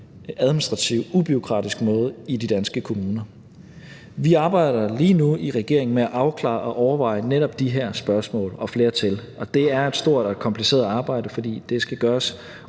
administrativt ubureaukratisk måde i de danske kommuner. Vi arbejder lige nu i regeringen med at afklare og overveje netop de her spørgsmål og flere til. Det er et stort og kompliceret arbejde, som skal gøres